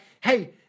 hey